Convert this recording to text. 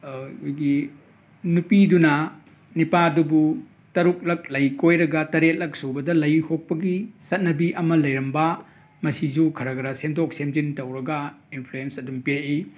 ꯑꯩꯈꯣꯏꯒꯤ ꯅꯨꯄꯤꯗꯨꯅ ꯅꯨꯄꯥꯗꯨꯕꯨ ꯇꯔꯨꯛꯔꯛ ꯂꯩ ꯀꯣꯏꯔꯒ ꯇꯔꯦꯠꯂꯛ ꯁꯨꯕꯗ ꯂꯩ ꯍꯨꯛꯄꯒꯤ ꯆꯠꯅꯕꯤ ꯑꯃ ꯂꯩꯔꯝꯕ ꯃꯁꯤꯁꯨ ꯈꯔ ꯈꯔ ꯁꯦꯝꯗꯣꯛ ꯁꯦꯝꯖꯤꯟ ꯇꯧꯔꯒ ꯏꯝꯐ꯭ꯂꯨꯋꯦꯟꯁ ꯑꯗꯨꯝ ꯄꯤꯔꯛꯏ